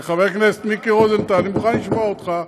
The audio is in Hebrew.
חבר הכנסת מיקי רוזנטל, אני מוכן לשמוע אותך,